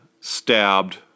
stabbed